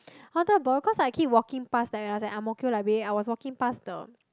I wanted to borrow cause I keep walking past I was at Ang-Mo-Kio library and I was walking past the